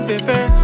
Baby